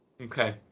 okay